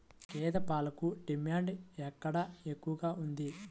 గేదె పాలకు డిమాండ్ ఎక్కడ ఎక్కువగా ఉంది?